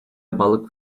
balık